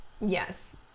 Yes